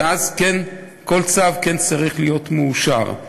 ואז כל צו כן צריך להיות מאושר.